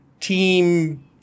team